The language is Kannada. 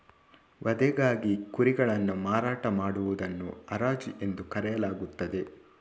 ವಧೆಗಾಗಿ ಕುರಿಗಳನ್ನು ಮಾರಾಟ ಮಾಡುವುದನ್ನು ಹರಾಜು ಎಂದು ಕರೆಯಲಾಗುತ್ತದೆ